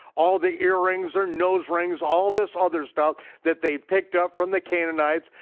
all the earrings, their nose rings, all this other stuff that they picked up from the canaanites,